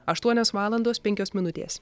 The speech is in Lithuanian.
aštuonios valandos penkios minutės